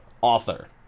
author